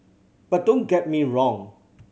but don't get me wrong